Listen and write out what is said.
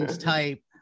type